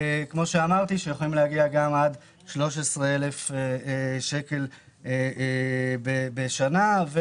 שיכולים להגיע גם עד ל-13,000 שקל בשנה.